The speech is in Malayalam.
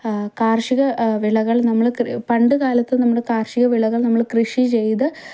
കാർഷിക വിളകൾ നമ്മൾ കൃ പണ്ടുകാലത്ത് നമ്മൾ കാർഷിക വിളകൾ നമ്മൾ കൃഷി ചെയ്ത്